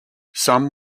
some